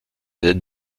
êtes